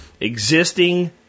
Existing